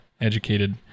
educated